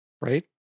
Right